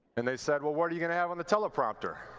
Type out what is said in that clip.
and they said, well, what are you going to have on the teleprompter?